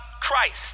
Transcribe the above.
Christ